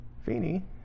Feeney